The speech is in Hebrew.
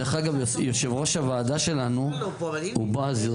דרך אגב יו"ר הוועדה שלנו הוא בעז יוסף.